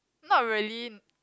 not really